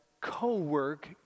co-work